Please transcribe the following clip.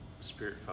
spirit